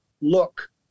look